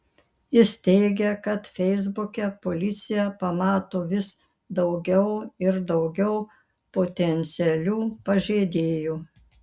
jis teigia kad feisbuke policija pamato vis daugiau ir daugiau potencialių pažeidėjų